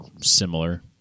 similar